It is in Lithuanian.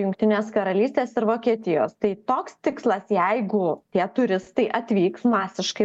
jungtinės karalystės ir vokietijos tai toks tikslas jeigu tie turistai atvyks masiškai